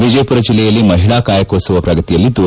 ವಿಜಯಪುರ ಜಿಲ್ಲೆಯಲ್ಲಿ ಮಹಿಳಾ ಕಾಯಕೋತ್ಸವ ಪ್ರಗತಿಯಲ್ಲಿದ್ದು